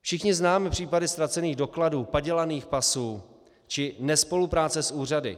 Všichni známe případy ztracených dokladů, padělaných pasů či nespolupráce s úřady.